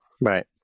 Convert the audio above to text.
Right